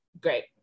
Great